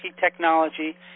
technology